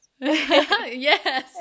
Yes